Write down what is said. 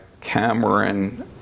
Cameron